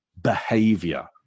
behavior